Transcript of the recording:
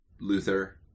Luther